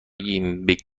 گیت